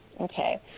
Okay